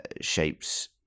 shapes